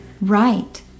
Right